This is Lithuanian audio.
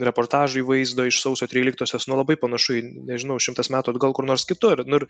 reportažai vaizdo iš sausio tryliktosios nu labai panašu į nežinau šimtas metų atgal kur nors kitur nu ir